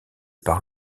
par